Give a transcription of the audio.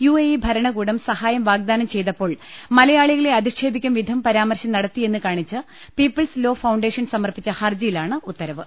U A E ഭരണകൂടം സഹായം വാഗ്ദാനം ചെയ്തപ്പോൾ മലയാളികളെ അധിക്ഷേപിക്കും വിധം പരാമർശം നടത്തിയെന്ന് കാണിച്ച് പീപ്പിൾസ് ലോ ഫൌണ്ടേഷൻ സമർപ്പിച്ച ഹർജയിലാണ് ഉത്തരവ്